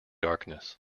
darkness